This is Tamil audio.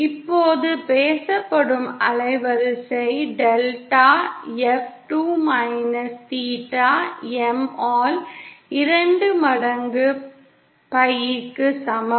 இப்போது பேசப்படும் அலைவரிசை டெல்டா pi பை 2 இருமுறை மைனஸ் தீட்டா M க்கு சமம்